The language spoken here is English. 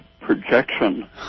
projection